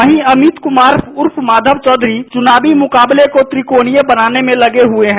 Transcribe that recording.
वहीं अमित कुमार उर्फ माधव चौधरी चुनावी मुकाबले को त्रिकोणीय बनाने में लगे हुए हैं